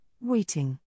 Waiting